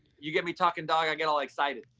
you get me talking, dog. i get all excited.